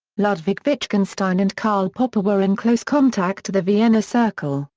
ludwig wittgenstein and karl popper were in close contact to the vienna circle,